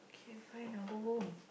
K fine I'll go home